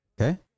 Okay